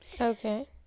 Okay